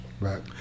Right